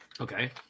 Okay